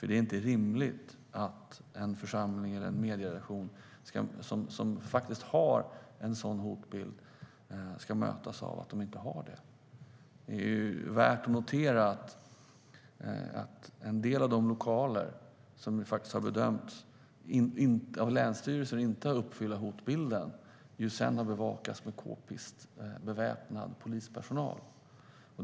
Det är inte rimligt att en församling eller en medieredaktion som faktiskt har en sådan hotbild ska mötas av att de inte har det. Det är värt att notera att en del av de lokaler som av länsstyrelser inte har bedömts uppfylla hotbilden sedan har bevakats av kpistbeväpnad polispersonal.